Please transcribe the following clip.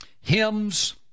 hymns